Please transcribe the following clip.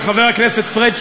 וחבר הכנסת פריג',